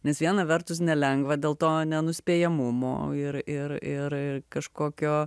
nes viena vertus nelengva dėl to nenuspėjamumo ir ir ir kažkokio